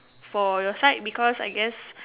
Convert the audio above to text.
for your side because I guess